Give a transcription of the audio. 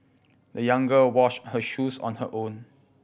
the young girl washed her shoes on her own